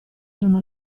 erano